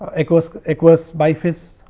ah aqueous aqueous biphase,